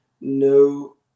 no